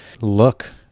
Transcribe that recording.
look